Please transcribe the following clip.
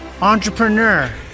entrepreneur